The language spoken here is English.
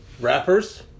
rappers